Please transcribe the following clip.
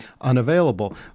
unavailable